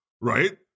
Right